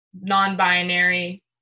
non-binary